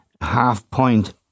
half-point